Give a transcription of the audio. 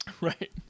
Right